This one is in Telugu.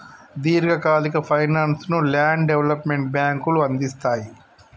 దీర్ఘకాలిక ఫైనాన్స్ ను ల్యాండ్ డెవలప్మెంట్ బ్యేంకులు అందిస్తయ్